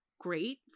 great